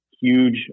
huge